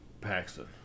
Paxton